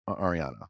Ariana